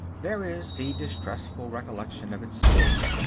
there is the distressful recollection of its sting,